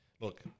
look